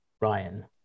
Ryan